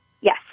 Yes